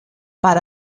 per